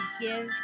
give